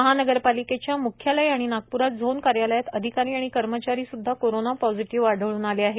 महानगरपालिकेच्या मुख्यालय आणि नागप्रात झोन कार्यालयात अधिकारी आणि कर्मचारी स्ध्दा कोरोना पॉझिटिव्ह आढळून आले आहेत